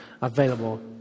available